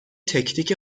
تکنیک